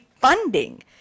funding